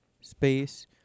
space